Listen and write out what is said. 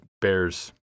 bears